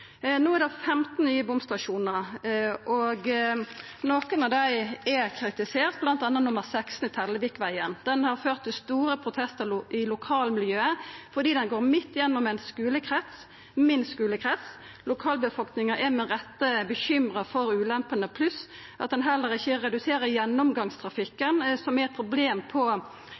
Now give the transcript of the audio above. No er det 15 nye bomstasjonar, og nokre av dei er kritiserte, bl.a. nr. 16, i Tellevikveien. Han har ført til store protestar i lokalmiljøet fordi han går midt gjennom ein skulekrets, min skulekrets. Lokalbefolkninga er med rette bekymra for ulempene pluss at han heller ikkje reduserer gjennomgangstrafikken, som er eit problem på